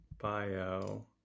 bio